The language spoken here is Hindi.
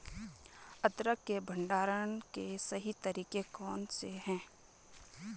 अदरक के भंडारण के सही तरीके कौन से हैं?